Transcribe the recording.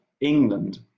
England